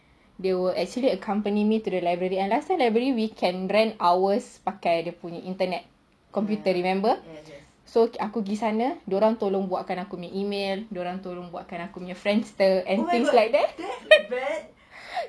they will actually accompany me to the library and last time library we can rent hours pakai dia punya internet computer remember so aku pergi sana dorang tolong buatkan aku punya email dorang tolong buatkan aku punya friendster and things like that